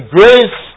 grace